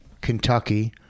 Kentucky